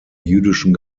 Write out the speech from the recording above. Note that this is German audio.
jüdischen